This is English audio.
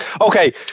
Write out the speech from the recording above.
okay